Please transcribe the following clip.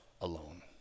alone